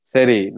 Seri